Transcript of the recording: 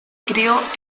crio